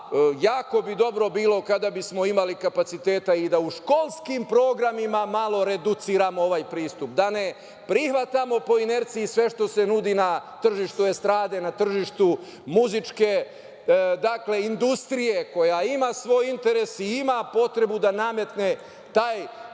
jako bi dobro bilo kada bi smo imali kapaciteta i da u školskim programima malo reduciramo ovaj pristup, da ne prihvatamo po inerciji sve što se nudi na tržištu estrade, na tržištu muzičke industrije koja ima svoj interes i ima potrebu da nametne taj kulturni